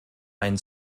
ein